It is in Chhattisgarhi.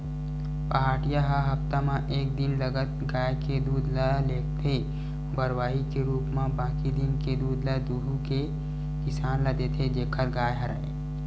पहाटिया ह हप्ता म एक दिन लगत गाय के दूद ल लेगथे बरवाही के रुप म बाकी दिन के दूद ल दुहू के किसान ल देथे जेखर गाय हरय